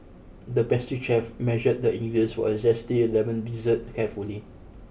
the pastry chef measured the ingredients for a zesty lemon dessert carefully